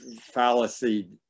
fallacy